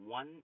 one